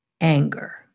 anger